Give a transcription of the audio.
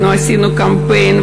אנחנו עשינו קמפיין,